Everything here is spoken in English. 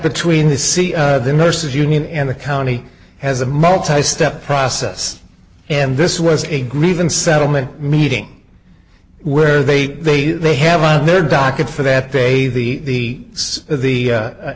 between the cia the nurses union and the county has a multi step process and this was a grievance settlement meeting where they say they have done their docket for that day the the h r